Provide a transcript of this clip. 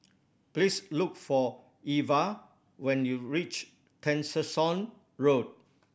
please look for Irva when you reach Tessensohn Road